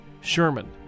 Sherman